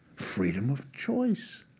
freedom of choice.